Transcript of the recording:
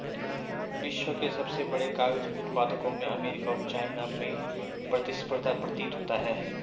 विश्व के सबसे बड़े कागज उत्पादकों में अमेरिका और चाइना में प्रतिस्पर्धा प्रतीत होता है